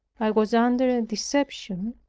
i was under a deception,